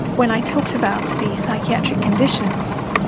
when i talked about the psychiatric conditions,